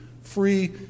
free